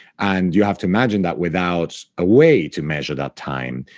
and you have to imagine that without a way to measure that time,